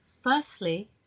Firstly